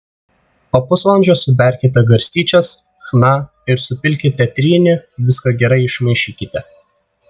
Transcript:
po pusvalandžio suberkite garstyčias chna ir supilkite trynį viską gerai išmaišykite